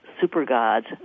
super-gods